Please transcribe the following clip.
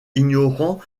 ignorant